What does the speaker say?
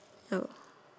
so